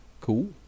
Cool